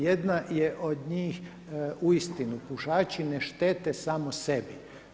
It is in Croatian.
Jedna je od njih uistinu, pušači ne štete samo sebi.